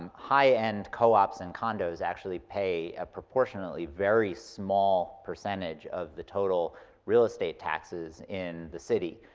um high end co-ops and condos actually pay a proportionately very small percentage of the total real estate taxes in the city.